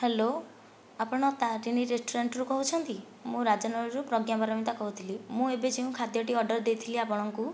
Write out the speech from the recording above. hello ଆପଣ ତାରିଣୀ ରେଷ୍ଟୁରାଣ୍ଟରୁ କହୁଛନ୍ତି ମୁଁ ରାଜନଗରରୁ ପ୍ରଜ୍ଞା ପରମିତା କହୁଥିଲି ମୁଁ ଏବେ ଯେଉଁ ଖାଦ୍ୟଟି ଅର୍ଡ଼ର ଦେଇଥିଲି ଆପଣଙ୍କୁ